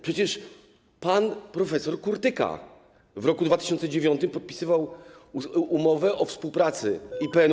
Przecież pan prof. Kurtyka w roku 2009 podpisał umowę o współpracy IPN-u.